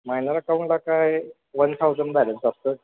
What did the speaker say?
minor अकाउंटला काय one thousand balance असतं